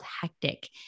hectic